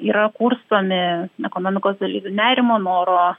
yra kurstomi ekonomikos dalyvių nerimo noro